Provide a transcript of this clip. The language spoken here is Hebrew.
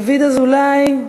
דוד אזולאי?